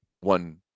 one